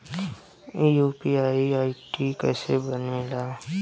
UPI ID कैसे बनेला?